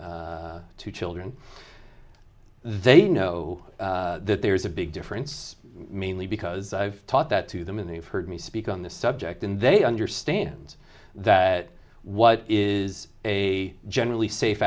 two children they know that there's a big difference mainly because i've taught that to them and they've heard me speak on the subject and they understand that what is a generally safe